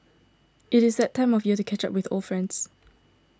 it is that time of year to catch up with old friends